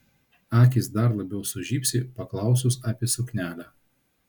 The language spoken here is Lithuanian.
akys dar labiau sužibsi paklausus apie suknelę